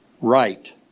right